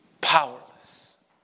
powerless